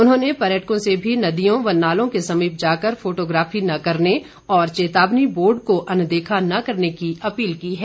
उन्होंने पर्यटकों से भी नदियों व नालों के समीप जाकर फोटोग्राफी न करने और चेतावनी बोर्ड को अनदेखा न करने की अपील की है